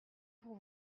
pour